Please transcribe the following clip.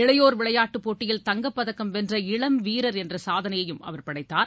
இளையோர் விளையாட்டுப் போடடியில் தங்கப்பதக்கம் வென்ற இளம் வீரர் என்ற சாதனையும் அவர் படைத்தார்